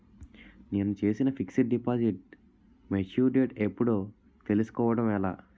నేను చేసిన fixed deposit mature date ఎప్పుడో తెల్సుకోవడం ఎలా?